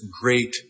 great